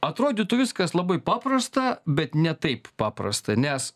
atrodytų viskas labai paprasta bet ne taip paprasta nes